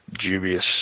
dubious